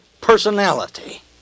personality